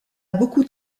beaucoup